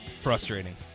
Frustrating